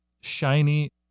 shiny